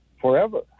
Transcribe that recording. forever